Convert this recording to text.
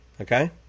Okay